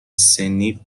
سنی